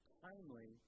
timely